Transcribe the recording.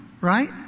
right